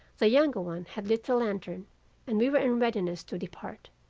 the younger one had lit the lantern and we were in readiness to depart.